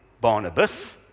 Barnabas